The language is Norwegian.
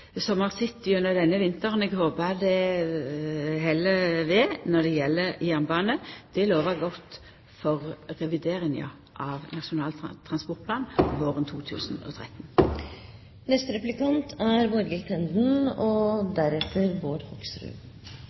som eg har sett gjennom denne vinteren. Eg håpar det held ved når det gjeld jernbanen. Det lover godt for revideringa av Nasjonal transportplan våren 2013.